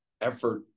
effort